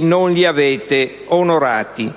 non li avete onorati,